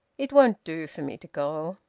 it won't do for me to go.